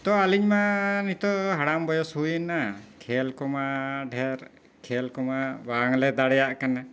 ᱛᱚ ᱟᱹᱞᱤᱧ ᱢᱟ ᱱᱤᱛᱳᱜ ᱦᱟᱲᱟᱢ ᱵᱚᱭᱚᱥ ᱦᱩᱭᱮᱱᱟ ᱠᱷᱮᱞ ᱠᱚᱢᱟ ᱰᱷᱮᱨ ᱠᱷᱮᱞ ᱠᱚᱢᱟ ᱵᱟᱝ ᱞᱮ ᱫᱟᱲᱮᱭᱟᱜ ᱠᱟᱱᱟ